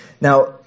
Now